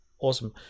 Awesome